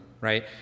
right